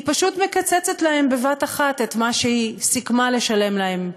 היא פשוט מקצצת להם בבת אחת את מה שהיא סיכמה לשלם להם,